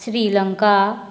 Sri Lanka